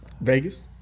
Vegas